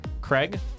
craig